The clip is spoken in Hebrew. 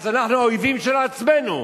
אז אנחנו האויבים של עצמנו,